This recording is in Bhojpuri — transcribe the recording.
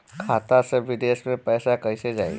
खाता से विदेश मे पैसा कईसे जाई?